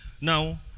Now